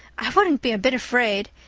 i wouldn't be a bit afraid,